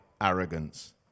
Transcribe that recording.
arrogance